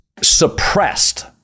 suppressed